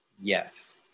Yes